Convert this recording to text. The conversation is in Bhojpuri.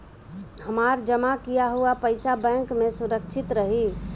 हमार जमा किया हुआ पईसा बैंक में सुरक्षित रहीं?